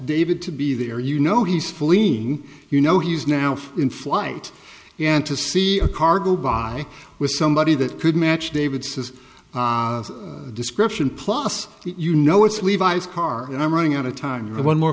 david to be there you know he's fleeing you know he's now in flight and to see a car go by with somebody that could match david says description plus you know it's levi's car and i'm running out of time for one more